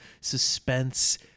suspense